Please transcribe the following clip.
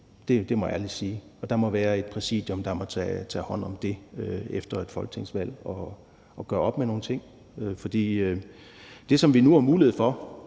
Det må jeg ærligt sige, og der må være et Præsidium, der må tage hånd om det efter et folketingsvalg og gøre op med nogle ting. For det, som vi nu har mulighed for